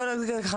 בואי נגיד ככה,